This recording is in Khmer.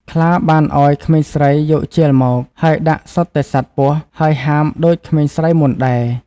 ខ្លាបានឲ្យក្មេងស្រីយកជាលមក ហើយដាក់សុទ្ធតែសត្វពស់ ហើយហាមដូចក្មេងស្រីមុនដែរ។